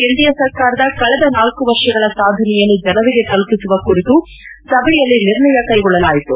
NDA ಸರ್ಕಾರದ ಕಳೆದ ನಾಲ್ಕು ವರ್ಷಗಳ ಸಾಧನೆಯನ್ನು ಜನರಿಗೆ ತಲುಪಿಸುವ ಕುರಿತು ಸಭೆಯಲ್ಲಿ ನಿರ್ಣಯ ಕೈಗೊಳ್ಳಲಾಯಿತು